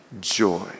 joy